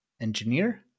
Engineer